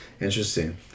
Interesting